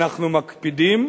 אנחנו מקפידים.